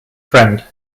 friend